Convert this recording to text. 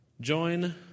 Join